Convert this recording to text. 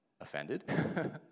offended